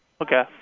Okay